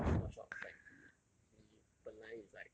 you not shocked like he he 本来 is like